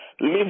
Live